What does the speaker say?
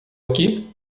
aqui